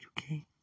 okay